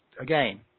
again